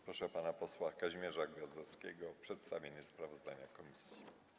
Proszę pana posła Kazimierza Gwiazdowskiego o przedstawienie sprawozdania komisji.